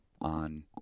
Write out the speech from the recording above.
on